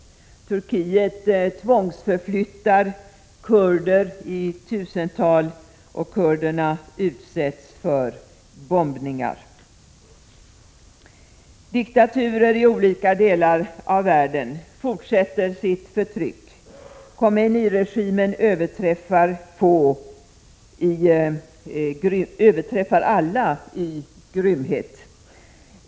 Turkiet tvångsförflyttar kurder i tusental, och kurderna utsätts för bombningar. Diktaturer i olika delar av världen fortsätter sitt förtryck. Khomeiniregimen överträffar alla i grymhet.